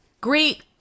Great